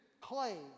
clay